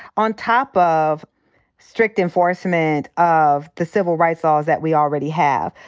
on top of strict enforcement of the civil rights laws that we already have.